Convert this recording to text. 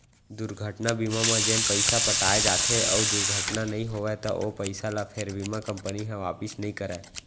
दुरघटना बीमा म जेन पइसा पटाए जाथे अउ दुरघटना नइ होवय त ओ पइसा ल फेर बीमा कंपनी ह वापिस नइ करय